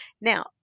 Now